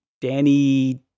Danny